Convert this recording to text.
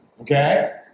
Okay